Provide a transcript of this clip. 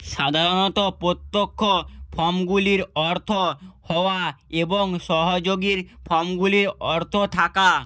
সাধারণত প্রত্যক্ষ ফর্মগুলির অর্থ হওয়া এবং সহযোগীর ফর্মগুলির অর্থ থাকা